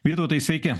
vytautai sveiki